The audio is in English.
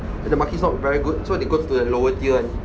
and the market's not very good so they go to the lower tier